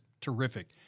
terrific